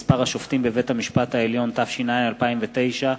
מספר השופטים בבית-המשפט העליון) התש”ע 2009,